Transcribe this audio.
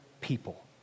people